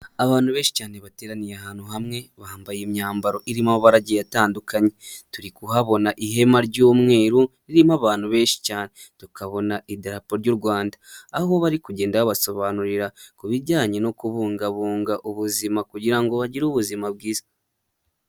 Abantu benshi cyane bateraniye ahantu hamwe, bambaye imyambaro irimo amabara agiye atandukanye, turi kuhabona ihema ry'umweru ririmo abantu benshi cyane, tukabona idarapo ry'u Rwanda, aho bari kugenda babasobanurira ku bijyanye no kubungabunga ubuzima, kugira ngo bagire ubuzima bwiza.